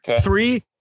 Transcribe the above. Three